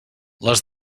les